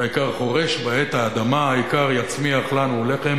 האיכר חורש בה את האדמה, האיכר יצמיח לנו לחם".